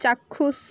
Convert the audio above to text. চাক্ষুষ